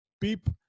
beep